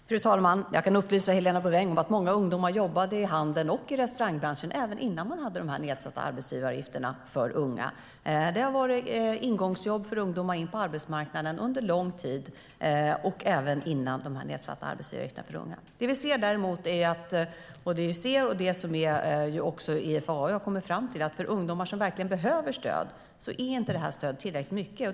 Fru talman! Jag kan upplysa Helena Bouveng om att många ungdomar jobbade i handeln och i restaurangbranschen även innan man hade dessa nedsatta arbetsgivaravgifter för unga. Det har varit ingångsjobb till arbetsmarknaden för ungdomar under lång tid och även innan arbetsgivaravgifterna för unga sänktes. Det som vi däremot ser, och som IFAU också har kommit fram till, är att detta stöd inte är tillräckligt stort för ungdomar som verkligen behöver stöd.